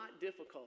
difficult